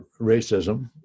racism